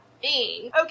okay